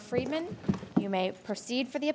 freeman you may proceed for the